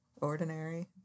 ordinary